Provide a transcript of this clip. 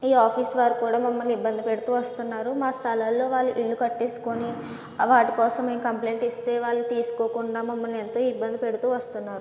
ఈ ఆఫీస్ వారు కూడా మమ్మల్ని ఇబ్బంది పెడుతూ వస్తున్నారు మా స్థలాల్లో వాళ్ళు ఇళ్ళు కట్టేసుకుని వాటికోసం మేము కంప్లెయింట్ ఇస్తే వాళ్ళు తీసుకోకుండా మమ్మల్ని ఎంతో ఇబ్బంది పెడుతూ వస్తున్నారు